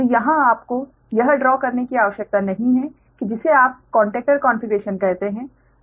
तो यहाँ आपको यह ड्रॉ करने की आवश्यकता नहीं है कि जिसे आप कोंटेक्टर कोन्फ़िगरेशन कहते हैं